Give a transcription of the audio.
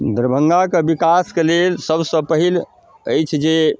दरभङ्गाके विकासके लेल सबसँ पहिल अछि जे